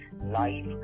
life